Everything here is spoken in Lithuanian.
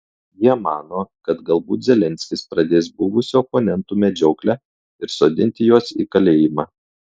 jie mano kad galbūt zelenskis pradės buvusių oponentų medžioklę ir sodinti juos į kalėjimą